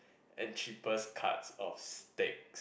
and cheapest cuts of steaks